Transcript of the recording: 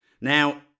Now